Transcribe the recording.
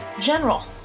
General